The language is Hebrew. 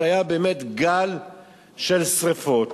שהיה בו באמת גל של שרפות